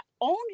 own